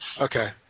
okay